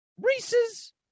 Reese's